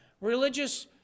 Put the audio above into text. Religious